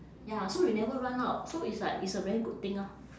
ya so you never run out so it's like it's a very good thing orh